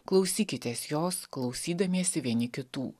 klausykitės jos klausydamiesi vieni kitų